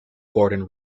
gordon